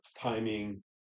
timing